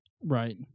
Right